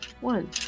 One